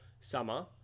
summer